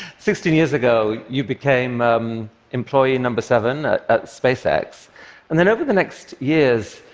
sixteen years ago, you became employee number seven at spacex, and then over the next years,